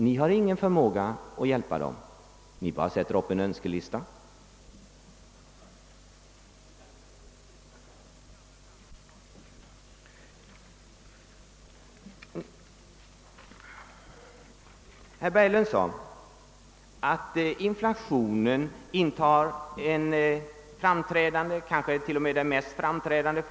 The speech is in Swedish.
Ni har ingen förmåga att hjälpa dem, utan ni sätter bara upp en önskelista. Herr Berglund sade att inflationen inom vårt tänkande intar en framträdande plats, kanske t.o.m. den mest framträdande.